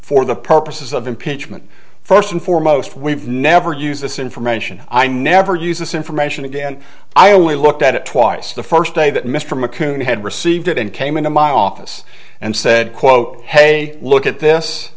for the purposes of impeachment first and foremost we've never use this information i never use this information again i only looked at it twice the first day that mr mckinnon had received it and came into my office and said quote hey look at this